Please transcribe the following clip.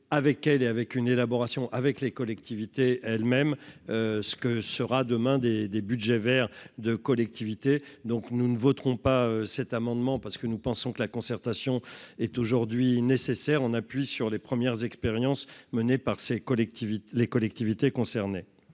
avec elle et avec une élaboration avec les collectivités elles-mêmes ce que sera demain des des Budgets vers de collectivités, donc nous ne voterons pas cet amendement parce que nous pensons que la concertation est aujourd'hui nécessaire, on appuie sur les premières expériences menées par ces collectivités les